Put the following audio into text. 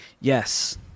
Yes